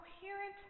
coherent